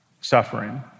suffering